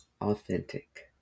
authentic